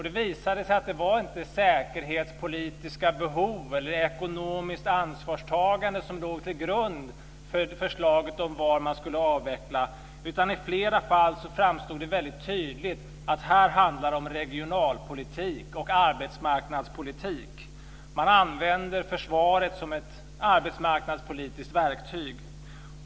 Det visade sig att det inte var säkerhetspolitiska behov eller ekonomiskt ansvarstagande som låg till grund för förslaget om var man skulle avveckla. I flera fall framstod det väldigt tydligt att vad det handlade om var regionalpolitik och arbetsmarknadspolitik. Man använde försvaret som ett arbetsmarknadspolitiskt verktyg.